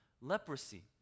leprosy